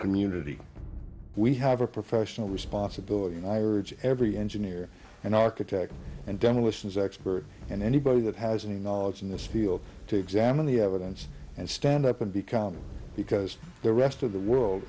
community we have a professional responsibility and i reach every engineer and architect and demolitions expert and anybody that has any knowledge in this field to examine the evidence and stand up and become because the rest of the world